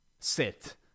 sit